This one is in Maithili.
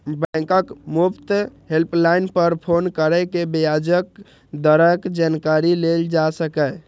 बैंकक मुफ्त हेल्पलाइन पर फोन कैर के ब्याज दरक जानकारी लेल जा सकैए